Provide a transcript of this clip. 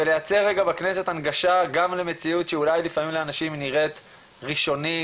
ולייצר רגע בכנסת הנגשה גם למציאות שאולי לפעמים נראית לאנשים ראשונית,